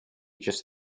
just